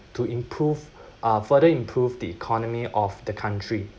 to improve uh further improve the economy of the country